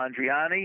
Andriani